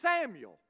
Samuel